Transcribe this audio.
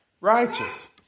righteous